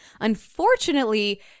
Unfortunately